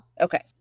Okay